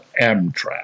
Amtrak